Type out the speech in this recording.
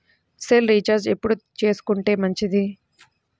Cell recharge ఎప్పుడు చేసుకొంటే మంచిది?